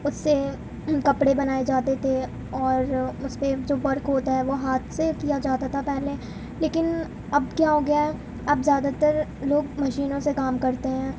اس سے کپڑے بنائے جاتے تھے اور اس پہ جو ورک ہوتا ہے وہ ہاتھ سے کیا جاتا تھا پہلے لیکن اب کیا ہو گیا ہے اب زیادہ تر لوگ مشینوں سے کام کرتے ہیں ہر